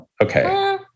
Okay